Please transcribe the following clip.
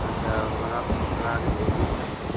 हाँ तो आप अपना अपना आदमी भेजिए तब तो